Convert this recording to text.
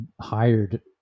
hired